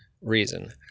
reason